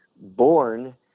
born